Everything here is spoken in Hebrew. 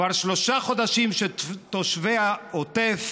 כבר שלושה חודשים תושבי העוטף